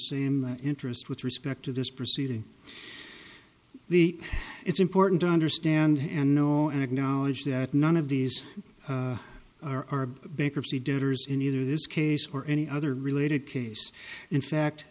same interest with respect to this proceeding the it's important to understand and know and acknowledge that none of these are bankruptcy daters in either this case or any other related case in fact